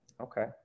Okay